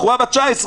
בחורה בת 19,